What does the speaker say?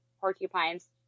porcupines